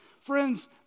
Friends